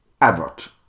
advert